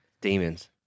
Demons